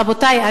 רבותי,